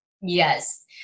Yes